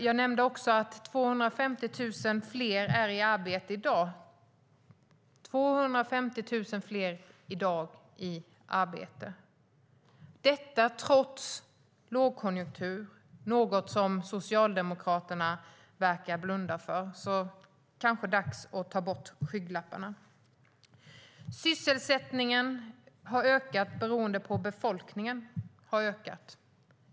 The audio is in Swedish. Jag nämnde också att 250 000 fler är i arbete i dag trots lågkonjunktur. Det är något som Socialdemokraterna verkar blunda för. Det är kanske dags att ta bort skygglapparna. Det sägs att sysselsättningen har ökat beroende på att befolkningen har ökat.